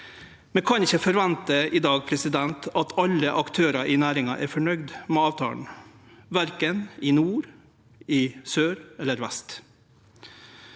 Vi kan ikkje forvente i dag at alle aktørar i næringa er fornøgde med avtalen, verken i nord, i sør eller i vest,